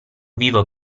vivo